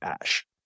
Ash